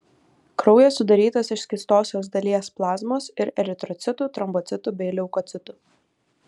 kraujas sudarytas iš skystosios dalies plazmos ir eritrocitų trombocitų bei leukocitų